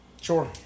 Sure